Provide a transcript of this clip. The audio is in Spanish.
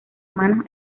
mano